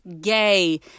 gay